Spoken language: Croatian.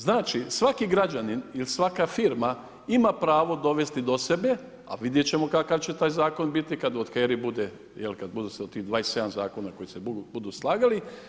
Znači, svaki građanin ili svaka firma ima pravo dovesti do sebe, a vidjet ćemo kakav će taj zakon biti kad … jel, kad budu se od tih 27 zakona koji se budu slagali.